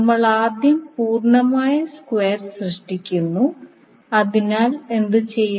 നമ്മൾ ആദ്യം പൂർണ്ണമായ സ്ക്വയർ സൃഷ്ടിക്കുന്നു അതിനാൽ എന്തുചെയ്യും